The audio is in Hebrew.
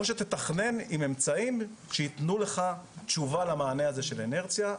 או שתתכנן עם אמצעים שייתנו לך תשובה למענה הזה של אינרציה,